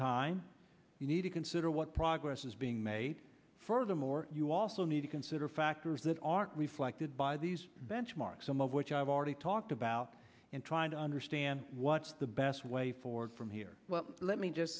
time you need to consider what progress is being made furthermore you also need to consider factors that aren't reflected by these benchmarks some of which i've already talked about and try i don't understand what's the best way forward from here well let me just